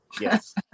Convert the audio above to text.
yes